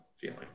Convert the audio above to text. feeling